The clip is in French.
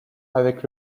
avec